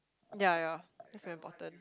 ya ya that's very important